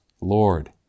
Lord